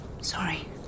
Sorry